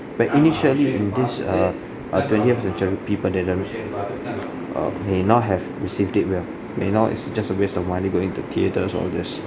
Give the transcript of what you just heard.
but initially in this err err twentieth century people didn't uh may not have received it well they know it's just a waste of money going to theatres all this